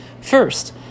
First